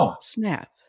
SNAP